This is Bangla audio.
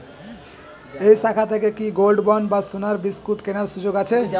এই শাখা থেকে কি গোল্ডবন্ড বা সোনার বিসকুট কেনার সুযোগ আছে?